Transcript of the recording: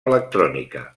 electrònica